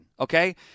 okay